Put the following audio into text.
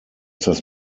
das